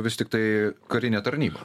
vis tiktai karinė tarnyba